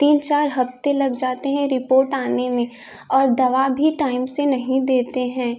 तीन चार हफ्ते लग जाते हैं रिपोर्ट आने में और दवा भी टाइम से नहीं देते हैं